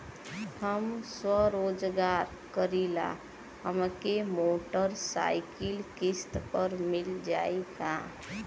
हम स्वरोजगार करीला हमके मोटर साईकिल किस्त पर मिल जाई का?